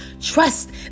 trust